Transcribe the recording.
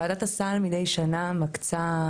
ועדת הסל מקצה מידי שנה תקציבים,